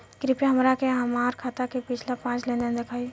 कृपया हमरा के हमार खाता के पिछला पांच लेनदेन देखाईं